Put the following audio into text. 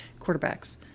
Quarterbacks